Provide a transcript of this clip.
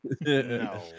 No